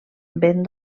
ben